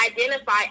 identify